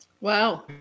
Wow